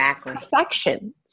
perfection